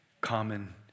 common